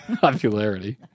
popularity